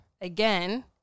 again